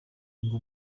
ngo